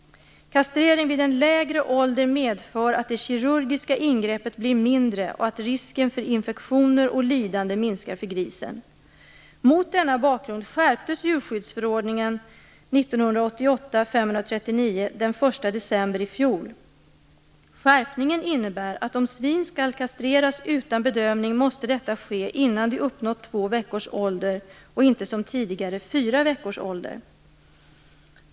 Kastrering vid en lägre ålder medför att det kirurgiska ingreppet blir mindre och att risken för infektioner och lidanden minskar för grisen. Mot denna bakgrund skärptes djurskyddsförordningen den 1 december i fjol. Skärpningen innebar att om svin skall kastreras utan bedövning måste detta ske innan de uppnått två veckors ålder och inte som tidigare, fyra veckors ålder.